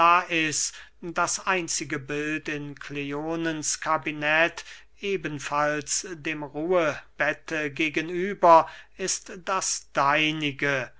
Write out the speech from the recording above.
lais das einzige bild in kleonens kabinett ebenfalls dem ruhebette gegen über ist das deinige